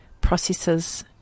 processes